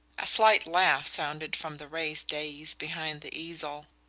a slight laugh sounded from the raised dais behind the easel.